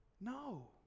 No